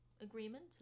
agreement